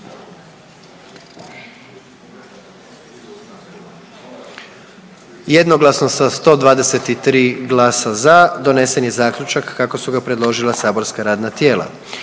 jednoglasno je donesen zaključak kako su ga predložila saborska radna tijela.